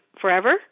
forever